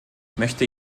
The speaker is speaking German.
möchte